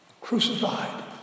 Crucified